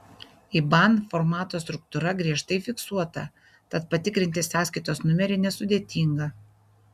iban formato struktūra griežtai fiksuota tad patikrinti sąskaitos numerį nesudėtinga